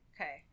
Okay